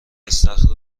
استخر